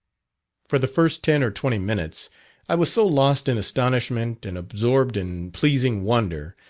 for the first ten or twenty minutes i was so lost in astonishment, and absorbed in pleasing wonder,